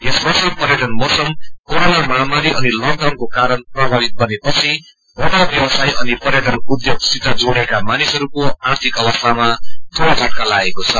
यस वर्ष पर्यटन मौसम कोरोना महामारी अनि लकडाउनको कारण प्रधावित बनेपिछ होटल व्यवसाय अनि पर्यटन उद्योगसित जोड़िएको मानिसहरूको आर्थिक अवस्थामा दूलो झटका लागेको छ